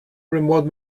remote